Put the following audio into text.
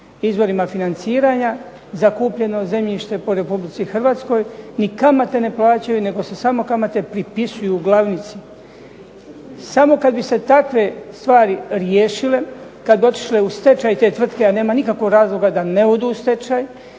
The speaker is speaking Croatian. izvorima financiranja za kupljeno zemljište po Republici Hrvatskoj, ni kamate ne plaćaju, nego se samo kamate pripisuju glavnici. Samo kad bi se takve stvari riješile, kad bi otišle u stečaj te tvrtke, a nema nikakvog razloga da ne odu u stečaj